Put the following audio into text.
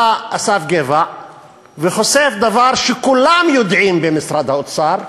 בא אסף גבע וחושף דבר שכולם יודעים במשרד האוצר,